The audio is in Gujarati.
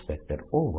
B B